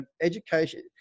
education